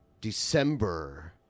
December